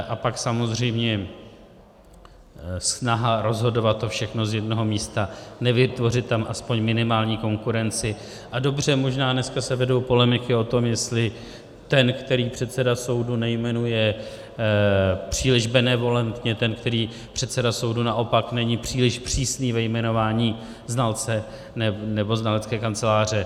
A pak samozřejmě snaha rozhodovat to všechno z jednoho místa, nevytvořit tam alespoň minimální konkurenci a dobře, možná se dneska vedou polemiky o tom, jestli ten který předseda soudu nejmenuje příliš benevolentně, ten který předseda soudu naopak není příliš přísný ve jmenování znalce nebo znalecké kanceláře.